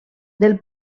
del